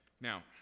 Now